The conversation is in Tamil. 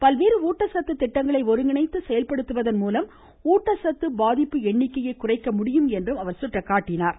பல்வேறு ஊட்டச்சத்து திட்டங்களை ஒருங்கிணைத்து செயல்படுத்துவதன் மூலம் ஊட்டச்சத்து பாதிப்பு எண்ணிக்கையை குறைக்க மடியும் என்றார்